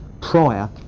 prior